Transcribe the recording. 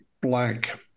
blank